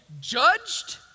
judged